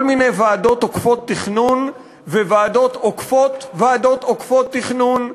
כל מיני ועדות עוקפות תכנון וועדות עוקפות ועדות עוקפות תכנון,